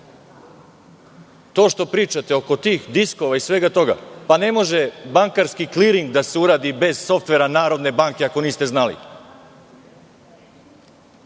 Vi. To što pričate, oko tih diskova i svega toga, ne može bankarski kliring da se uradi bez softvera Narodne banke, ako niste znali.